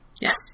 Yes